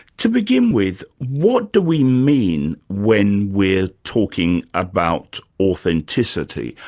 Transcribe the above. to begin with, what do we mean when we're talking about authenticity,